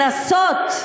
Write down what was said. ולנסות,